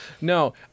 no